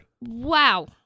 Wow